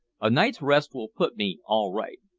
a night's rest will put me all right.